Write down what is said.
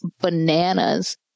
bananas